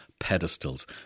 Pedestals